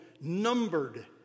numbered